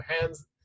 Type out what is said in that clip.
hands